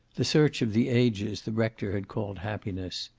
the search of the ages the rector had called happiness,